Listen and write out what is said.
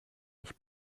ich